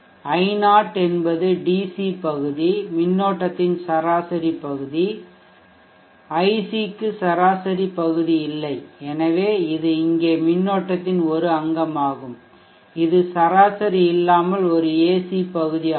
i0 என்பது DC பகுதி மின்னோட்டத்தின் சராசரி பகுதி iC க்கு சராசரி பகுதி இல்லை எனவே இது இங்கே மின்னோட்டத்தின் ஒரு அங்கமாகும் இது சராசரி இல்லாமல் ஒரு AC பகுதி ஆகும்